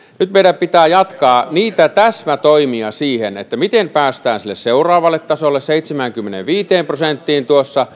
nyt meidän pitää jatkaa niitä täsmätoimia siinä miten päästään sille seuraavalle tasolle seitsemäänkymmeneenviiteen prosenttiin